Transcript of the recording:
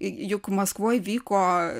juk maskvoj vyko